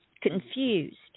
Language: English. confused